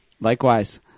Likewise